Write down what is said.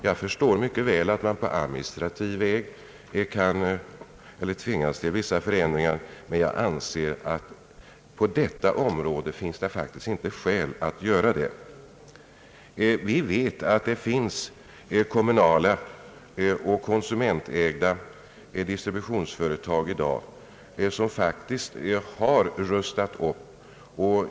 Jag förstår mycket väl att man kan tvingas vidta vissa administrativa förändringar, men jag anser att det på detta område inte finns skäl att göra det. Vi vet att det i dag finns kommunala och konsumentägda distributionsföretag som har rustats upp.